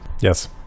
Yes